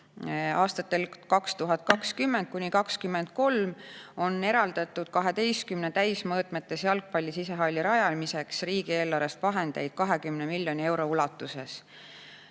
Aastatel 2020–2023 on eraldatud 12 täismõõtmetes jalgpalli sisehalli rajamiseks riigieelarvest vahendeid 20 miljoni euro ulatuses. Nagu